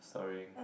storying